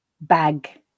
bag